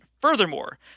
Furthermore